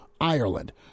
Ireland